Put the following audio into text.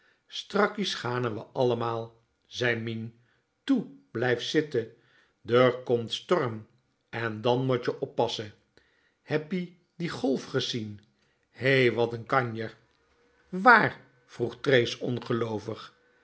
strakkies gane we allemaal zei mien toe blijf sitte d'r komt storm en dan mot je oppasse heb ie die golf gesien hè wat n kanjer waar vroeg trees